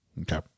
Okay